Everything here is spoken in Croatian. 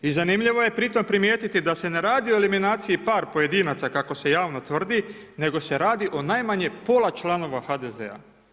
I zanimljivo je pri tome primijetiti da se ne radi o eliminaciji par pojedinaca kako se javno tvrdi nego se radi o najmanje pola članova HDZ-a.